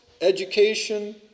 education